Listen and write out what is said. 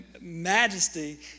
majesty